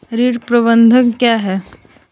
ऋण प्रबंधन क्या है?